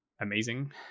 amazing